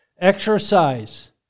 Exercise